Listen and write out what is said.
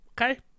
okay